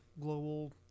global